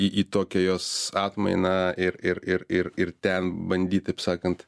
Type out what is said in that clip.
į į tokią jos atmainą ir ir ir ir ir ten bandyt taip sakant